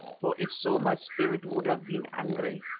for if so my spirit would have been angry.